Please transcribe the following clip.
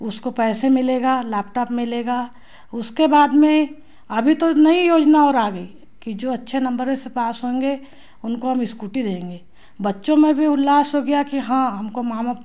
उसको पैसे मिलेगा लैपटॉप मिलेगा उसके बाद में अभी तो नई योजना और आ गई की जो अच्छे नम्बरों से पास होंगे उनको हम स्कूटी देंगे बच्चों में भी उल्लास हो गया कि हाँ हमको मामा